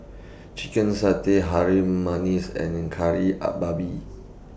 Chicken Satay Harum Manis and Kari Babi